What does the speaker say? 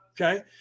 Okay